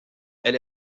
elle